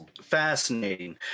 fascinating